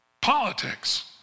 politics